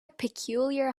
peculiar